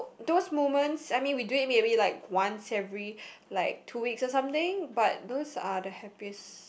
those moments I mean we do it maybe like once every like two weeks or something but those are the happiest